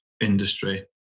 industry